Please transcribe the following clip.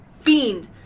fiend